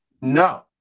no